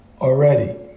already